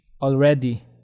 already